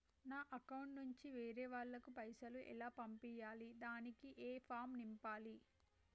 నా అకౌంట్ నుంచి వేరే వాళ్ళకు పైసలు ఎలా పంపియ్యాలి దానికి ఏ ఫామ్ నింపాలి?